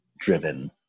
driven